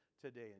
today